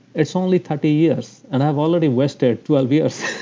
it's only thirty years, and i've already wasted twelve years. i